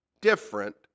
different